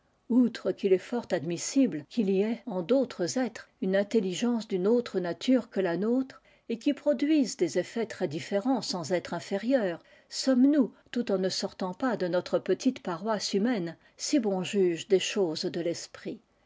outre qu'il est iort admissible qu'il y mt en d'autres êtres une in telligence d'une autre nature que la nôtre et qui produise des effets très diflérents sans être intérieurs sommes-nous tout en ne sortant pas de notre petite paroisse humaine si bons juges des choses de l'esprit